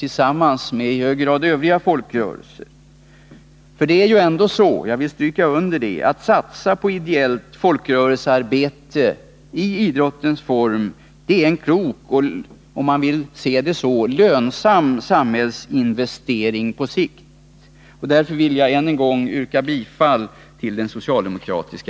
tillsammans med övriga folkrörelser i hög grad. För det är ju ändå så att — jag vill stryka under det — att satsa på ideellt folkrörelsearbete i idrottens form är en klok och, om man vill se det så, lönsam samhällsinvestering på sikt. Därför vill jag än en gång yrka bifall till den socialdemokratiska